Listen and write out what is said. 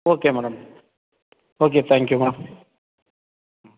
okay madam okay thank you ma'am